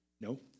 No